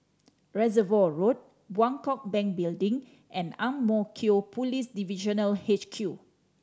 Reservoir Road Bangkok Bank Building and Ang Mo Kio Police Divisional H Q